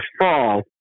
fall